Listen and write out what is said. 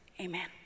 amen